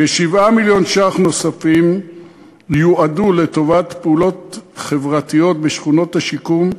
כ-7 מיליון ש"ח נוספים יועדו לפעולות חברתיות בשכונות השיקום,